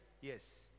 yes